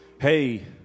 Hey